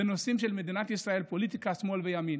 בנושאים של מדינת ישראל, פוליטיקה שמאל וימין,